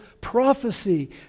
prophecy